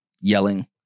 yelling